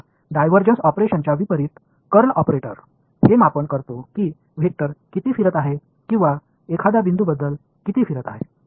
இப்போது டைவர்ஜென்ஸ் ஆபரேட்டரைப் போலன்றி கர்ல் ஆபரேட்டர் ஒரு வெக்டர் எவ்வளவு சுழல்கிறது அல்லது ஒரு புள்ளி எவ்வளவு திரும்புகின்றது என்பதை அளவிடுகின்றது